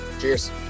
cheers